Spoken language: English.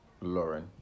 Lauren